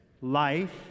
Life